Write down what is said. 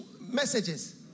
messages